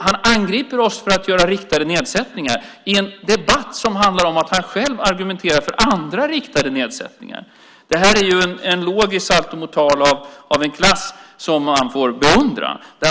Han angriper oss för att göra riktade nedsättningar i en debatt där han själv argumenterar för andra riktade nedsättningar. Det här är en logisk saltomortal av en klass som man får beundra.